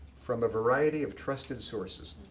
from a variety of trusted sources.